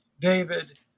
David